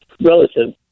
relative